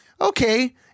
Okay